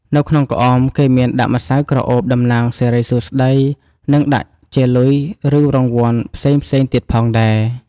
នៅក្នុងក្អមគេមានដាក់ម្សៅក្រអូបតំណាងសេរីសួស្តី និងដាក់ជាលុយឬរង្វាន់ផ្សេងៗទៀតផងដែរ។